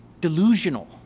delusional